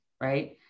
right